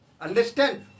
understand